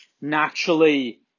naturally